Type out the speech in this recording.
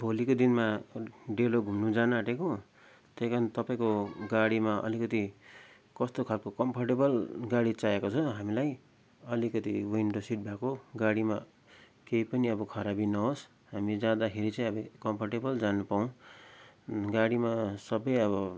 भोलिको दिनमा डेलो घुम्नु जानु आँटेको त्यही कारण तपाईँको गाडीमा अलिकति कस्तो खालको कम्फोर्टेबल गाडी चाहिएको छ हामीलाई अलिकति विन्डो सिट भएको गाडीमा केही पनि खराबी नहोस् हामी जाँदाखेरि चाहिँ अब कम्फोर्टेबल जानु पाउँ गाडीमा सबै अब